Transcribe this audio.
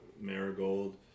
Marigold